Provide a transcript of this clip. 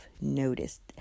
noticed